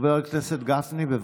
חבר הכנסת גפני, בבקשה.